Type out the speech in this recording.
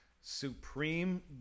supreme